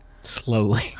Slowly